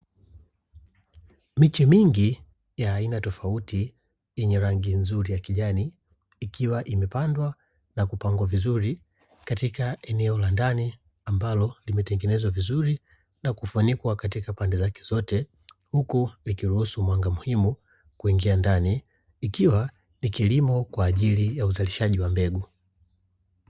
Miche mingi ya aina tofauti yenye rangi nzuri ya kijani ikiwa imepandwa na kupangwa vizuri katika eneo la ndani ambalo limetengenezwa vizuri na kufunikwa katika pande zake zote, huku likiruhusu mwanga muhimu kuingia ndani; ikiwa ni kilimo kwa ajili ya uzalishaji wa mbegu.